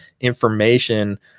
information